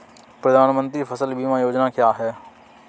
प्रधानमंत्री फसल बीमा योजना क्या है?